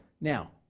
Now